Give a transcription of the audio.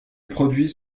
produits